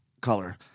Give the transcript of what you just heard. color